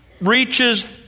reaches